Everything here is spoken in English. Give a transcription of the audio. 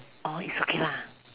orh is okay lah